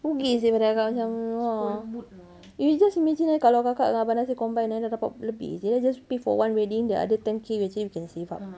rugi jer pada kakak macam you just imagine eh kalau kakak dengan abang nasir combine kan dah dapat lebih kira just pay for one wedding the other ten K actually we can save ah